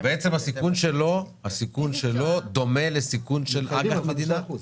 --- בעצם הסיכון שלו דומה לסיכון של אג"ח מדינה?